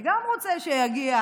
גם אני רוצה שיגיע